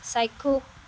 চাক্ষুষ